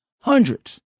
hundreds